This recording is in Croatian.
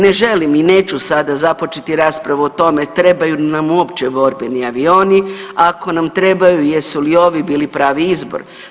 Ne želim i neću sada započeti raspravu o tome trebaju li nam uopće borbeni avioni, a ako nam trebaju jesu li ovi bili pravi izbor.